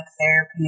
therapy